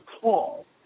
call